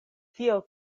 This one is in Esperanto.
tiel